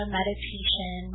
meditation